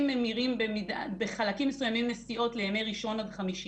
ממירים בחלקים מסוימים נסיעות לימי ראשון עד חמישי,